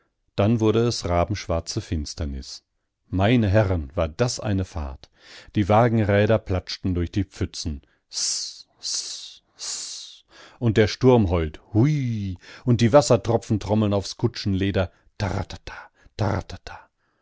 dann wurde es rabenschwarze finsternis meine herren das war eine fahrt die wagenräder platschen durch die pfützen ß ß ß und der sturm heult huij und die wassertropfen trommeln aufs kutschenleder